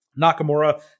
Nakamura